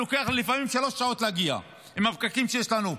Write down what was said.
ולוקח לי לפעמים שלוש שעות להגיע עם הפקקים שיש לנו,